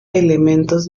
elementos